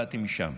באתי משם.